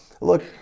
look